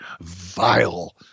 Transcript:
vile